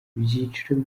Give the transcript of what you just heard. ibyiciro